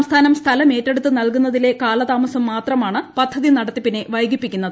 സംസ്ഥാനം സ്ഥലമേറ്റെടുത്തു നൽകൂന്നതിലെ കാലതാമസം മാത്രമാണ് പദ്ധതി നടത്തിപ്പിനെ വൈകിപ്പിക്കുന്നത്